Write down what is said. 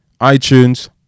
iTunes